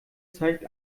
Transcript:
zeigt